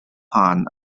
hann